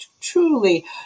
truly